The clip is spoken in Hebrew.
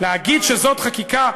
שם שוחטים האחד את השני.